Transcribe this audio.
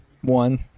One